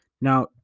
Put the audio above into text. now